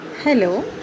Hello